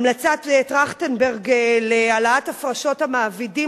המלצת טרכטנברג להעלאת הפרשות המעבידים